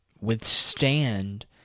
withstand